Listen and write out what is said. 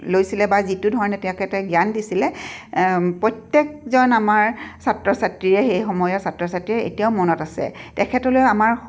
লৈছিলে বা যিটো ধৰণে তেখেতে জ্ঞান দিছিলে প্ৰত্যেকজন আমাৰ ছাত্ৰ ছাত্ৰীয়ে সেই সময়ৰ ছাত্ৰ ছাত্ৰীয়ে এতিয়াও মনত আছে তেখেতলৈ আমাৰ